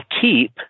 keep